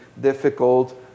difficult